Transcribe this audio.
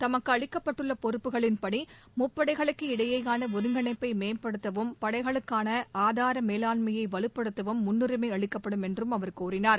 தமக்குஅளிக்கப்பட்டுள்ளபொறுப்புகளின்படி முப்படைகளுக்கு இடையேயானஒருங்கிணைப்பைம்படுத்தவும் படைகளுக்கானஆதாரமேலாண்மையைவலுப்படுத்தவும் முன்னுரிமைஅளிக்கப்படும் என்றும் அவர் கூறினார்